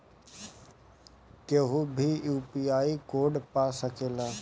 केहू भी UPI code पा सकेला?